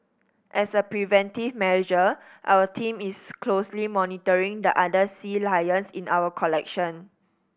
as a preventive manager our team is closely monitoring the other sea lions in our collection